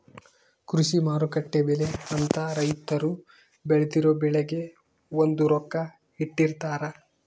ಕೃಷಿ ಮಾರುಕಟ್ಟೆ ಬೆಲೆ ಅಂತ ರೈತರು ಬೆಳ್ದಿರೊ ಬೆಳೆಗೆ ಒಂದು ರೊಕ್ಕ ಇಟ್ಟಿರ್ತಾರ